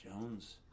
Jones